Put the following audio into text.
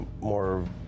more